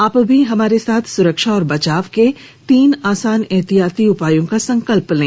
आप भी हमारे साथ सुरक्षा और बचाव के तीन आसान एहतियाती उपायों का संकल्प लें